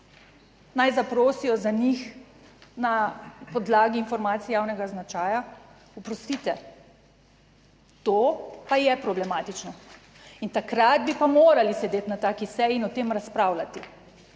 Naj zaprosijo za njih na podlagi informacij javnega značaja. Oprostite, to pa je problematično in takrat bi pa morali sedeti na taki seji in o tem razpravljati